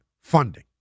funding